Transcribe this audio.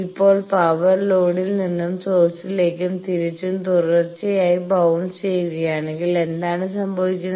ഇപ്പോൾ പവർ ലോഡിൽ നിന്ന് സോഴ്സിലേക്കും തിരിച്ചും തുടർച്ചയായി ബൌൻസ് ചെയ്യുകയാണെങ്കിൽ എന്താണ് സംഭവിക്കുന്നത്